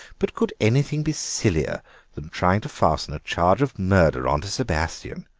but could anything be sillier than trying to fasten a charge of murder on to sebastien?